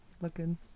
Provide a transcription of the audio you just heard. looking